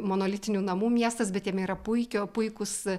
monolitinių namų miestas bet jame yra puikio puikūs